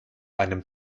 einem